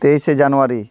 ᱛᱮᱭᱤᱥᱮ ᱡᱟᱱᱩᱣᱟᱨᱤ